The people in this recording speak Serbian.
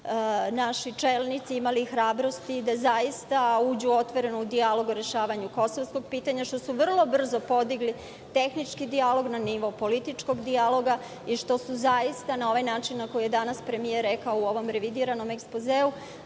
naši čelnici imali hrabrosti da zaista uđu otvoreno u dijalog o rešavanju kosovskog pitanja, što su vrlo brzo podigli tehnički dijalog na nivo političkog dijaloga i što su zaista na ovaj način na koji je danas premijer rekao u ovom revidiranom ekspozeu